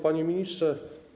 Panie Ministrze!